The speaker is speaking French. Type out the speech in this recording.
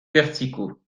verticaux